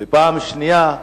ופעם שנייה,